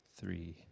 three